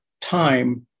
time